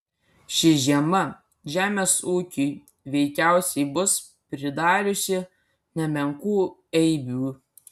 ši žiema žemės ūkiui veikiausiai bus pridariusi nemenkų eibių